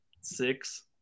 six